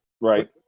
Right